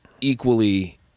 equally